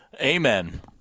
Amen